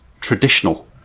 traditional